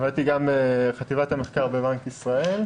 עבדתי בחטיבת המחקר בבנק ישראל.